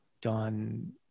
done